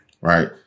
right